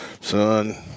son